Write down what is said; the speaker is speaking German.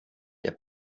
der